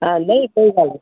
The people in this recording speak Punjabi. ਹਾਂ ਨਹੀਂ ਕੋਈ ਗੱਲ ਨਹੀਂ